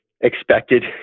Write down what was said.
expected